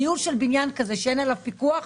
ניהול של בניין כזה שאין עליו פיקוח,